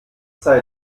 sei